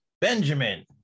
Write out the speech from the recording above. Benjamin